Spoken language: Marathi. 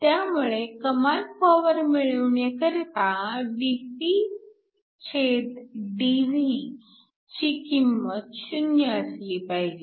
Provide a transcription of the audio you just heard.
त्यामुळे कमाल पॉवर मिळविण्याकरिता dPdV ची किंमत 0 असली पाहिजे